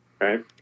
right